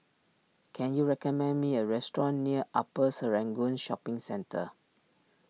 can you recommend me a restaurant near Upper Serangoon Shopping Centre